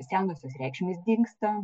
senosios reikšmės dingsta